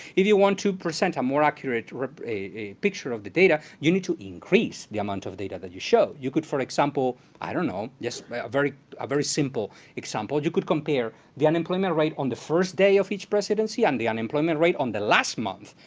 if you want to present a more accurate picture of the data, you need to increase the amount of data that you show. you could for example, i don't know, just a very a very simple example, you could compare the unemployment rate on the first day of each presidency and the unemployment rate on the last month,